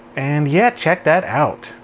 and yeah, check that out!